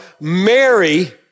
Mary